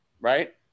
right